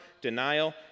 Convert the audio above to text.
denial